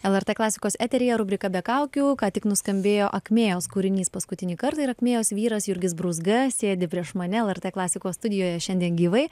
lrt klasikos eteryje rubrika be kaukių ką tik nuskambėjo akmėjos kūrinys paskutinį kartą ir akmėjos vyras jurgis brūzga sėdi prieš mane lrt klasikos studijoje šiandien gyvai